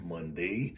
Monday